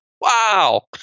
Wow